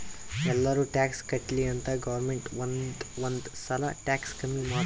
ಎಲ್ಲಾರೂ ಟ್ಯಾಕ್ಸ್ ಕಟ್ಲಿ ಅಂತ್ ಗೌರ್ಮೆಂಟ್ ಒಂದ್ ಒಂದ್ ಸಲಾ ಟ್ಯಾಕ್ಸ್ ಕಮ್ಮಿ ಮಾಡ್ತುದ್